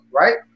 right